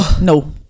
No